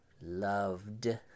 loved